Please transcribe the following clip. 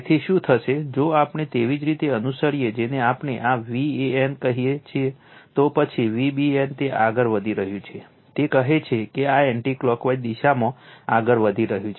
તેથી શું થશે જો આપણે તેવી જ રીતે અનુસરીએ જેને આપણે આ Van કહીએ છીએ તો પછી Vbn તે આગળ વધી રહ્યું છે તે કહે છે કે આ એન્ટી ક્લોકવાઇઝ દિશામાં આગળ વધી રહ્યું છે